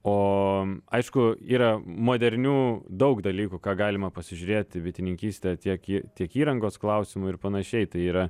o aišku yra modernių daug dalykų ką galima pasižiūrėt į bitininkystę tiek į tiek įrangos klausimų ir panašiai tai yra